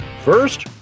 First